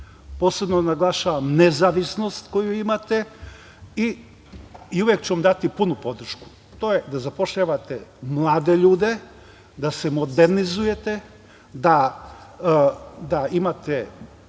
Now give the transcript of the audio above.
posebno naglašavam nezavisnost koju imate i uvek ću vam dati punu podršku, da zapošljavate mlade ljude, da se modernizujete, da imate